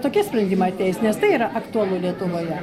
tokie sprendimai ateis nes tai yra aktualu lietuvoje